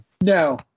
No